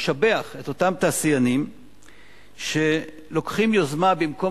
משבח את אותם תעשיינים שלוקחים יוזמה במקום